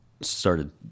started